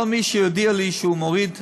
כל מי שיודיע לי שהוא מוריד שומן,